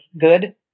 good